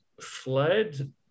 fled